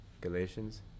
Galatians